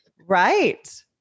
Right